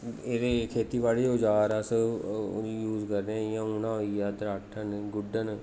एह्दे खेती बाड़ी औजार अस यूज़ करने जि'यां उन्ना होई गेआ धराटन गुड्डन